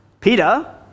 Peter